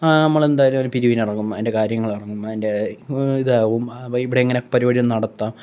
നമ്മൾ എന്തായാലും ഒരു പിരിവിന് ഇറങ്ങും അതിൻ്റെ കാര്യങ്ങൾ ഇറങ്ങും അതിൻ്റെ ഇതാകും ഇവിടെ എങ്ങനെ പരിപാടികൾ നടത്താം